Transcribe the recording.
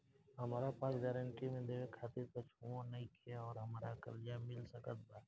हमरा पास गारंटी मे देवे खातिर कुछूओ नईखे और हमरा कर्जा मिल सकत बा?